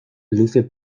luce